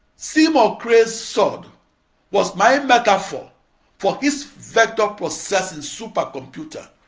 seymour cray's sword was my metaphor for his vector processing supercomputer.